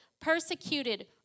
persecuted